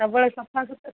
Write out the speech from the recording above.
ସବୁବେଳେ ସଫା ସୁତୁର